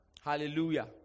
Hallelujah